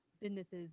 businesses